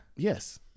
yes